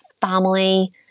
family